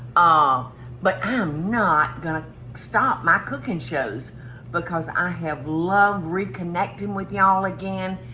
ah but i'm not gonna stop my cooking shows because i have loved reconnecting with y'all again.